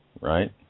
right